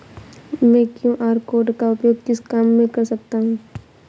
मैं QR code का उपयोग किस काम में कर सकता हूं?